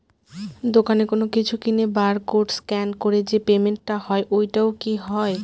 দোকানে কোনো কিছু কিনে বার কোড স্ক্যান করে যে পেমেন্ট টা হয় ওইটাও কি হয়?